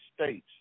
states